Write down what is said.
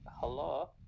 hello